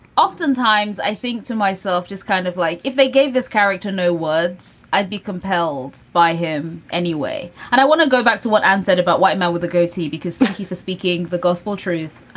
oftentimes i think to myself, just kind of like if they gave this character no words, i'd be compelled by him anyway. and i want to go back to what i and said about white man with a goatee, because thank you for speaking the gospel truth.